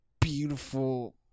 beautiful